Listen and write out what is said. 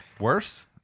worse